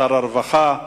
שר הרווחה,